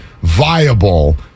viable